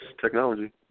technology